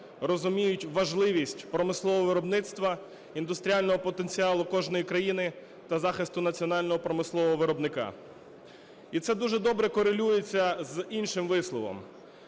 розуміють важливість промислового виробництва, індустріального потенціалу кожної країни та захисту національного промислового виробника. І це дуже корелюється з іншим висловом.